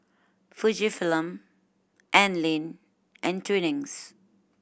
Fujifilm Anlene and Twinings